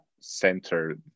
center